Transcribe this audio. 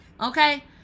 okay